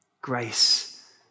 Grace